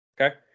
Okay